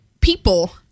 people